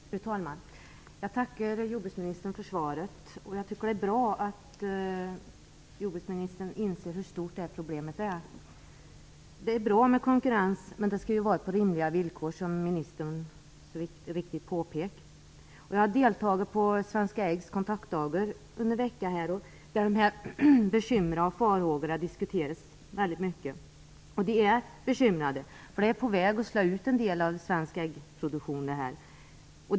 Fru talman! Jag tackar jordbruksministern för svaret. Jag tycker att det är bra att jordbruksministern inser hur stort det här problemet är. Det är bra med konkurrens, men den skall utövas på rimliga villkor, som ministern så riktigt påpekade. Jag har deltagit vid Svenska Äggs kontaktdagar under veckan, varvid bekymren och farhågorna på området diskuterades väldigt mycket. Man är bekymrad, eftersom en del av svensk äggproduktion är på väg att slås ut.